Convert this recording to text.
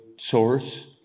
source